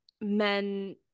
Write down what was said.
men